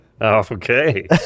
okay